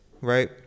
right